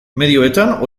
medioetan